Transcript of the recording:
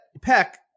peck